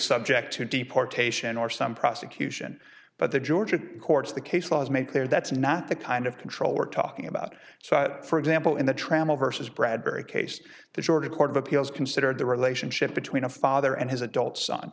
subject to deportation or some prosecution but the georgia courts the case law is made clear that's not the kind of control we're talking about so for example in the trammel versus bradbury case the georgia court of appeals considered the relationship between a father and his adult son